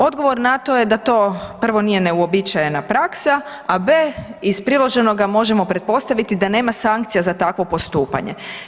Odgovor na to je da to prvo nije neuobičajena praksa, a b) iz priloženoga možemo pretpostaviti da nema sankcija za takvo postupanje.